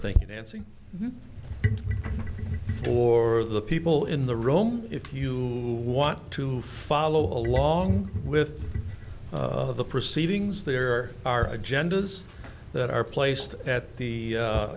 thank you nancy for the people in the room if you want to follow along with the proceedings there are agendas that are placed at the